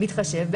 בהתחשב,